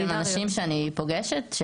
עם אנשים שאני פוגשת.